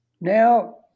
now